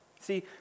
See